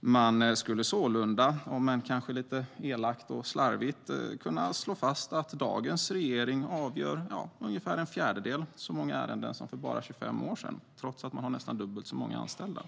Man skulle sålunda, om än kanske lite elakt och slarvigt, kunna slå fast att dagens regering avgör ungefär en fjärdedel så många ärenden som man gjorde för 25 år sedan, trots att man har nästan dubbelt så många anställda.